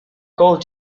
gold